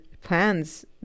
plans